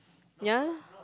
yeah lah